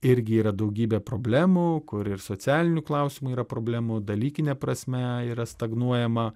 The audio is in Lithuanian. irgi yra daugybė problemų kur ir socialinių klausimų yra problemų dalykine prasme yra stagnuojama